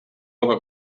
poca